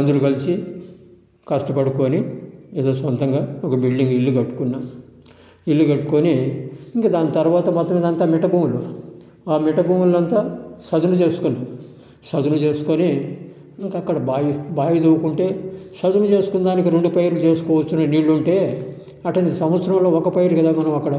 అందరూ కలిసి కష్టపడుకొని ఏదో సొంతంగా ఒక బిల్డింగ్ ఇల్లు కట్టుకున్నాం ఇల్లు కట్టుకొని ఇంకా తర్వాత అంతా మొత్తం మిట్ట భూములు ఆ మిట్ట భూములు అంత సదును చేసుకొని సదును చేసుకొని ఇంకా అక్కడ బావి బావి తోవుకుంటే సదును చేసుకున్న దానికి రెండు పైరులు చేసుకోవచ్చు అని నీళ్లు ఉంటే అట్ట సంవత్సరంలో ఒక పైరు కదా మనం అక్కడ